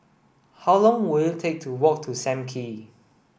how long will it take to walk to Sam Kee